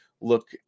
look